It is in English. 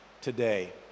today